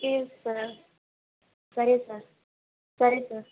okay sir సరే sir sir సరే sir